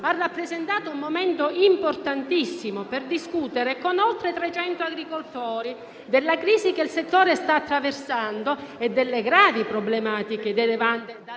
ha rappresentato un momento importantissimo per discutere con oltre 300 agricoltori della crisi che il settore sta attraversando e delle gravi problematiche derivanti dalle